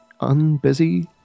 unbusy